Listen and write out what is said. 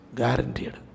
guaranteed